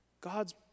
God's